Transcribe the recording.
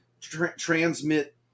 transmit